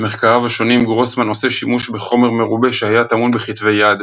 במחקריו השונים גרוסמן עושה שימוש בחומר מרובה שהיה טמון בכתבי יד,